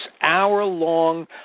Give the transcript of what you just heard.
hour-long